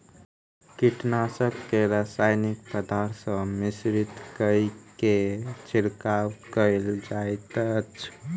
कीटनाशक के रासायनिक पदार्थ सॅ मिश्रित कय के छिड़काव कयल जाइत अछि